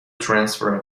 transfer